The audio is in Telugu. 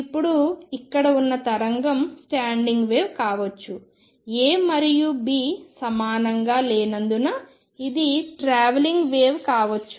ఇప్పుడు ఇక్కడ ఉన్న తరంగం స్టాండింగ్ వేవ్ కావచ్చు A మరియు B సమానంగా లేనందున ఇది ట్రావెలింగ్ వేవ్ కావచ్చు